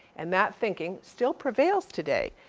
and that thinking still prevails today.